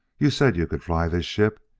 you said you could fly this ship!